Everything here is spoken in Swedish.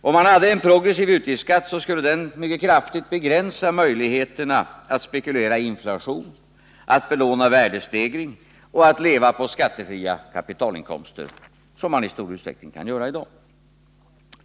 Om man hade en progressiv utgiftsskatt, skulle den mycket kraftigt begränsa möjligheterna att spekulera i inflation, att belåna värdestegring och att leva på skattefria kapitalinkomster, som man i stor utsträckning kan göra i dag.